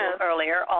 earlier